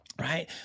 Right